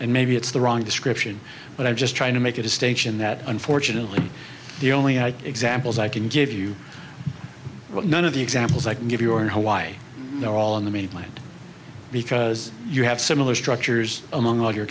and maybe it's the wrong description but i'm just trying to make a distinction that unfortunately the only examples i can give you but none of the examples i can give you are in hawaii they're all on the mainland because you have similar structures among all your